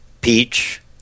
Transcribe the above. peach